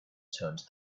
turned